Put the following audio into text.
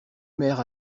maires